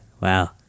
wow